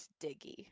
Diggy